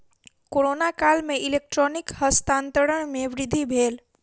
corona काल में electronic हस्तांतरण में वृद्धि भेल